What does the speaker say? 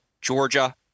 Georgia